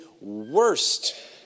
worst